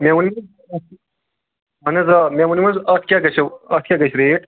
مےٚ ؤنِو اہن حظ آ مےٚ ؤنِو تُہۍ اتھ کیاہ گَژھیٚو اتھ کیاہ گَژھِ ریٹ